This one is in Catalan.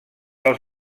als